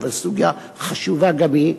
אבל סוגיה חשובה גם היא,